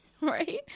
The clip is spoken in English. right